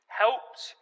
helped